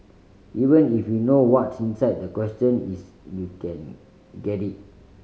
even if you know what's inside the question is you can get it